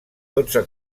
dotze